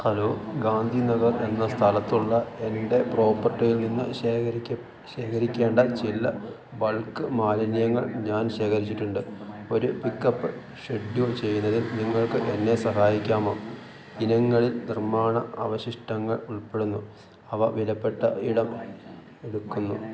hello Gandhinagar എന്ന സ്ഥലത്തുള്ള എൻ്റെ പ്രോപ്പർട്ടിയിൽനിന്നു ശേഖരിക്കേണ്ട ചില ബൾക്ക് മാലിന്യങ്ങൾ ഞാൻ ശേഖരിച്ചിട്ടുണ്ട് ഒരു പിക്കപ്പ് ഷെഡ്യൂൾ ചെയ്യുന്നതിൽ നിങ്ങൾക്ക് എന്നെ സഹായിക്കാമോ ഇനങ്ങളിൽ നിർമ്മാണ അവശിഷ്ടങ്ങൾ ഉൾപ്പെടുന്നു അവ വിലപ്പെട്ട ഇടം എടുക്കുന്നു